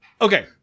Okay